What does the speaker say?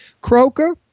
Croker